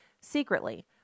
secretly